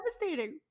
Devastating